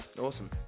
awesome